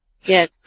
Yes